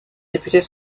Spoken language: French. députés